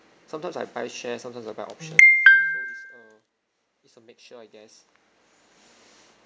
sometimes I buy shares sometimes I buy options so is a is a mixture I guess